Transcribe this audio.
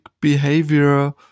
behavior